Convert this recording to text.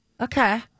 Okay